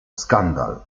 skandal